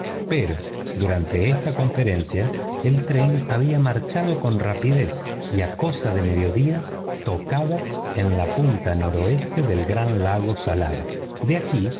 pero durante esta conferencia el tren había marchado con rapidez y a cosa de mediodía tocaba en la punta noroeste del gran lago salado de aquí